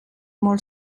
molt